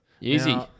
easy